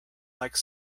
like